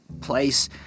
place